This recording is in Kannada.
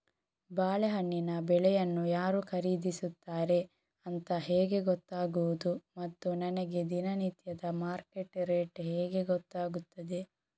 ಬಾಳೆಹಣ್ಣಿನ ಬೆಳೆಯನ್ನು ಯಾರು ಖರೀದಿಸುತ್ತಾರೆ ಅಂತ ಹೇಗೆ ಗೊತ್ತಾಗುವುದು ಮತ್ತು ನನಗೆ ದಿನನಿತ್ಯದ ಮಾರ್ಕೆಟ್ ರೇಟ್ ಹೇಗೆ ಗೊತ್ತಾಗುತ್ತದೆ?